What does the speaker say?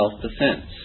self-defense